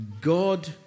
God